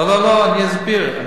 לא, לא, אני אסביר.